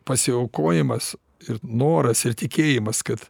pasiaukojimas ir noras ir tikėjimas kad